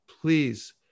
please